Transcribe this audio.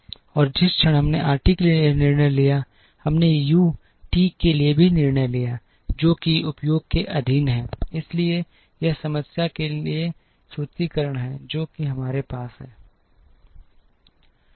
और जिस क्षण हमने आरटी के लिए यह निर्णय लिया हमने यू टी के लिए भी निर्णय लिया जो कि उपयोग के अधीन है इसलिए यह समस्या के लिए सूत्रीकरण है जो कि हमारे पास था